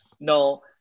no